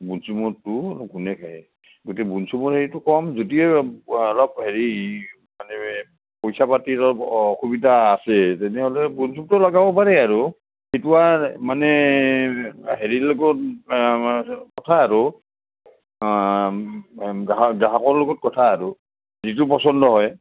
বনচুমৰটো ঘোনে খায় গতিকে বনচুমৰ হেৰিটো কম যদিয়ে অলপ হেৰি মানে পইচা পাতিৰ অলপ অসুবিধা আছে তেনেহ'লে বনচুমটো লগাব পাৰে আৰু সেইটো মানে হেৰিৰ লগত কথা আৰু গ্ৰাহকৰ লগত কথা আৰু যিটো পচন্দ হয়